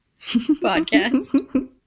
podcast